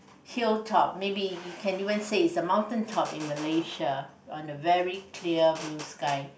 hill top maybe you can even say is the mountain top in Malaysia on a very clear blue sky